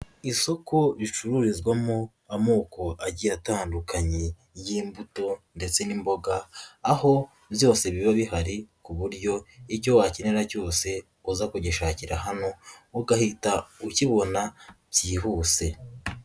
Isoko ricururizwamo amoko agiye atandukanye y'imbuto ndetse n'imboga, aho byose biba bihari ku buryo icyo wakenera cyose uza kugishakira hano, ugahita ukibona byihuse.